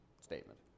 statement